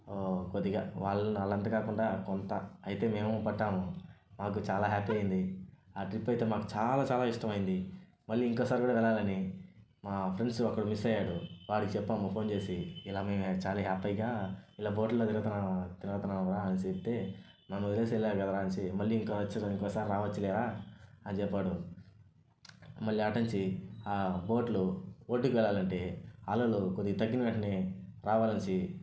కొద్దిగా వాళ్ళంతా కాకుండా కొంత అయితే మేము పట్టాము మాకు చాలా హ్యాపీ అయ్యింది ఆ ట్రిప్ అయితే మాకు చాలా చాలా ఇష్టమైంది మళ్ళీ ఇంకోసారి కూడా వెళ్ళాలని మా ఫ్రెండ్స్ ఒక్కడు మిస్ అయ్యాడు వాడికి చెప్పాము ఫోన్ చేసి ఇలా మేము చాలా హ్యాపీగా ఇలా బోట్లలో తిరుగుతున్నాము తిరుగుతున్నాంరా అని చెప్తే నన్ను వదిలేసి వెళ్ళారు కదరా అనేసి మళ్ళీ ఇంకో వచ్చి ఇంకోసారి రావచ్చులేరా అని చెప్పాడు మళ్ళీ అటు నుంచి ఆ బోట్లో ఒడ్డుకి వెళ్ళాలి అంటే అలలు కొద్దిగా తగ్గిన వెంటనే రావాలి అనేసి